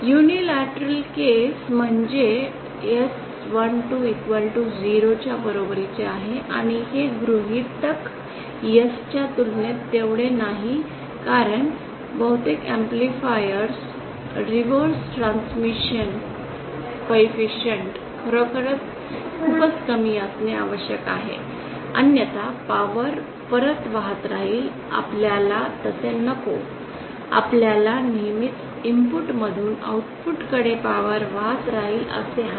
युनिल्याटरलप्रकरण म्हणजे S120 च्या बरोबरीचे आहे आणि हे गृहीतक S च्या तुलनेत तेवढे नाही कारण बहुतेक ऍम्प्लिफायर्स रिवर्स ट्रांसमिशन कोएफिसिएंट खरोखरच खूपच कमी असणे आवश्यक आहे अन्यथा पावर परत वाहत राहील आपल्याला तसे नको आपल्याला नेहमीच इनपुट मधून आउटपुट कडे पावर वाहत राहील असे हवे